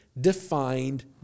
defined